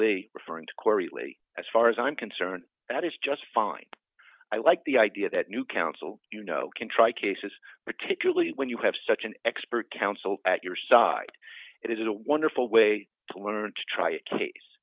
libby referring to corps really as far as i'm concerned that is just fine i like the idea that new counsel you know can try cases particularly when you have such an expert counsel at your side it is a wonderful way to learn to try a case